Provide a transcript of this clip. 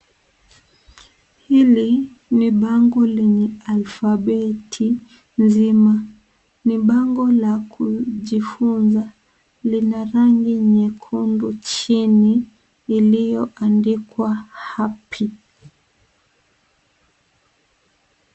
Hili ni bango lenye alfabeti nzima, ni bango la kujifunza, lina rangi nyekundu chini iliyoandikwa happy .